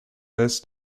this